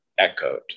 echoed